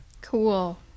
Cool